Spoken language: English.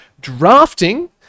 Drafting